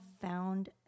found